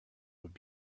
would